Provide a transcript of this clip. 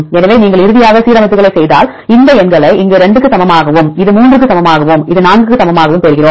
எனவே நீங்கள் இறுதியாக சீரமைப்புகளைச் செய்தால் இந்த எண்களை இங்கு 2 க்கு சமமாகவும் இது 3 க்கு சமமாகவும் இது 4 க்கு சமமாகவும் பெறுகிறோம்